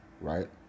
right